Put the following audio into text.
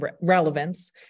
relevance